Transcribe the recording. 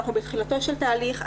אנחנו בתחילתו של תהליך.